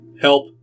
help